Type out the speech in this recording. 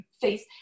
face